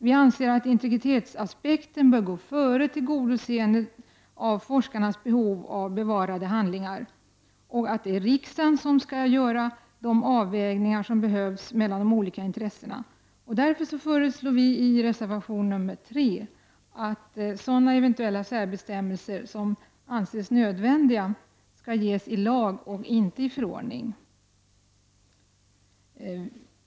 Vi anser att integritetsaspekten bör gå före tillgodoseendet av forskarnas behov av bevarade handlingar och att det är riksdagen som skall göra de avvägningar som behövs mellan de olika intressena. Därför föreslår vi i reservation nr3 att sådana eventuella särbestämmelser som anses nödvändiga skall ges i lag och inte i förordning.